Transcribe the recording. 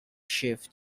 chef